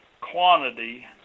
Quantity